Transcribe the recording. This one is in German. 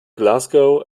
glasgow